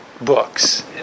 books